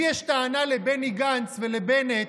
לי יש טענה לבני גנץ ולבנט.